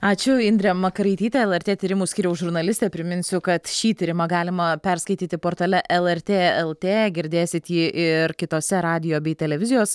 ačiū indrė makaraitytė lrt tyrimų skyriaus žurnalistė priminsiu kad šį tyrimą galima perskaityti portale lrt lt girdėsit jį ir kitose radijo bei televizijos